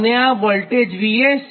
અને આ voltage VS છે